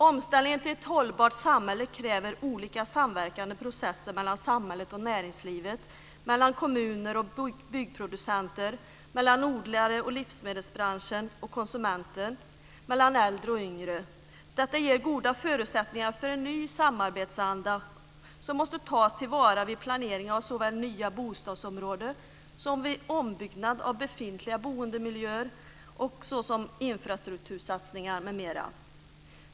Omställningen till ett hållbart samhälle kräver olika samverkande processer mellan samhället och näringslivet, mellan kommuner och byggproducenter, mellan odlare och livsmedelsbranschen och konsumenter och mellan äldre och yngre. Detta ger goda förutsättningar för en ny samarbetsanda som måste tas till vara vid planeringen av såväl nya bostadsområden som ombyggnad av befintliga boendemiljöer och infrastruktursatsningar, m.m.